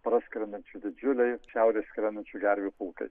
praskrendančių didžiuliai šiaurės skrendančių gervių pulkai